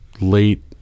late